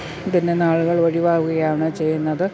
ഇതിൽനിന്ന് ആളുകൾ ഒഴിവാവുകയാണ് ചെയ്യുന്നത്